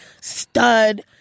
stud